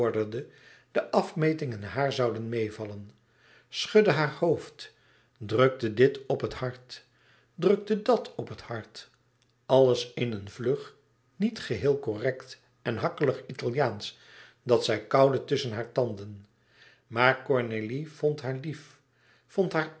de afmetingen haar zouden meêvallen schudde haar hoofd drukte dt op het hart drukte dàt op het hart alles in een vlug niet geheel correct en hakkelig italiaansch dat zij kauwde tusschen hare tanden maar cornélie vond haar lief vond haar